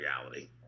reality